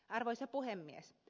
arvoisa puhemies